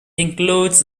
includes